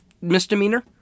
misdemeanor